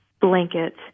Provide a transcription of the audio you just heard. blanket